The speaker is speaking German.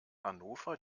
hannover